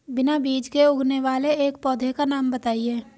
बिना बीज के उगने वाले एक पौधे का नाम बताइए